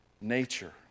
nature